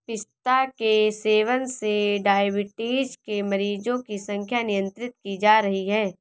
पिस्ता के सेवन से डाइबिटीज के मरीजों की संख्या नियंत्रित की जा रही है